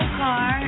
car